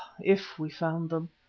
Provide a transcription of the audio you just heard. if we found them!